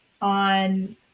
on